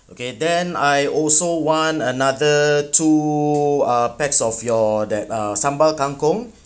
okay then I also want another two uh pax of your that uh sambal kangkong